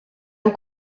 han